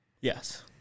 Yes